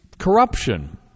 corruption